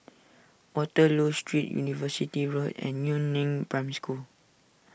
Waterloo Street University Road and Yu Neng Primary School